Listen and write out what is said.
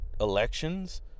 elections